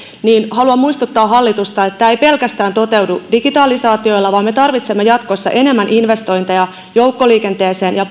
haluan muistuttaa hallitusta että tämä ei toteudu pelkästään digitalisaatiolla vaan me tarvitsemme jatkossa enemmän investointeja joukkoliikenteeseen ja